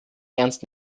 ernst